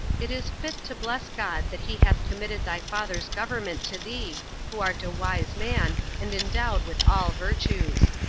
it is fit to bless god that he hath committed thy father's government to thee, who art a wise man, and endowed with all virtues.